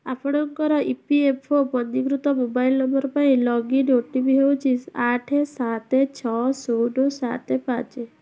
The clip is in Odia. ଆପଣଙ୍କର ଇ ପି ଏଫ୍ ଓ ପଞ୍ଜୀକୃତ ମୋବାଇଲ୍ ନମ୍ବର ପାଇଁ ଲଗଇନ୍ ଓ ଟି ପି ହେଉଛି ଆଠ ସାତ ଛଅ ଶୂନ ସାତ ପାଞ୍ଚ